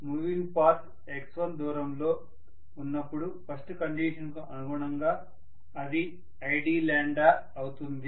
moving part x1దూరంలో ఉన్నప్పుడు first condition కు అనుగుణంగా అది id ను అవుతుంది